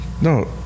No